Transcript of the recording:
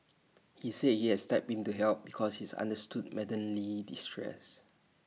he said he had stepped in to help because he understood Madam Lee's distress